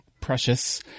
Precious